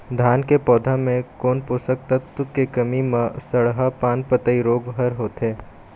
धान के पौधा मे कोन पोषक तत्व के कमी म सड़हा पान पतई रोग हर होथे?